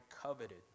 coveted